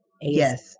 Yes